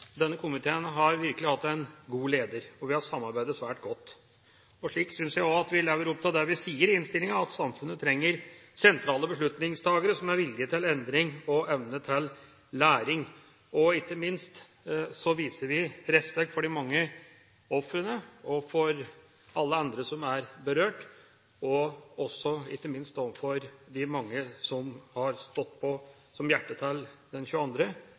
Denne komiteen har virkelig hatt en god leder, og vi har samarbeidet svært godt. Slik synes jeg også vi lever opp til det vi sier i innstillingen, nemlig at samfunnet trenger sentrale beslutningstakere med vilje til endringer og som har evne til læring. Vi viser respekt for de mange ofrene og for alle de andre som er berørt, ikke minst overfor de mange som har stått på og hjulpet til